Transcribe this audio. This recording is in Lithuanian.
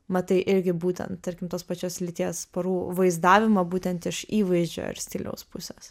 matai irgi būtent tarkim tos pačios lyties porų vaizdavimo būtent iš įvaizdžio ir stiliaus pusės